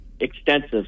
Extensive